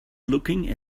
looking